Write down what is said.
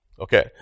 Okay